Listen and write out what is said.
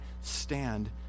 stand